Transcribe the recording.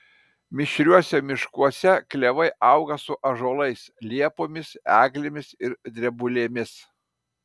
mišriuose miškuose klevai auga su ąžuolais liepomis eglėmis ir drebulėmis